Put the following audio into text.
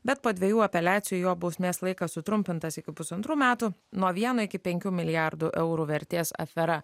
bet po dvejų apeliacijų jo bausmės laikas sutrumpintas iki pusantrų metų nuo vieno iki penkių milijardų eurų vertės afera